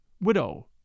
widow